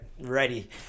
ready